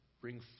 bring